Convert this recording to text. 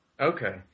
Okay